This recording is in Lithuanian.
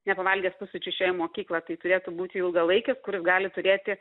nepavalgęs pusryčių išėjo į mokyklą tai turėtų būti ilgalaikis kuris gali turėti